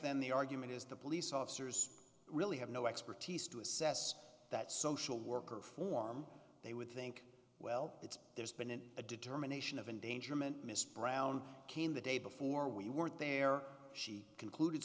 then the argument is the police officers really have no expertise to assess that social worker form they would think well it's there's been a determination of endangerment mr brown came the day before we weren't there she concluded